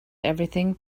everything